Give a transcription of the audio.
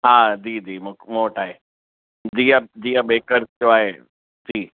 हा जी जी मूं वटी आहे दिव्या दिव्या बेकर्स जो आहे जी